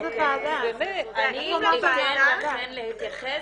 אני אתן לכן להתייחס.